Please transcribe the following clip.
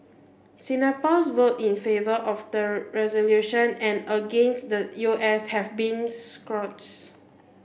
Singapore's vote in favour of the resolution and against the U S has been